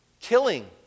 killing